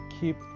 keep